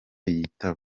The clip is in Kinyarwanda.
yitaba